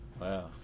Wow